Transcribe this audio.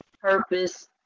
purpose